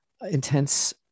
intense